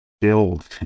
build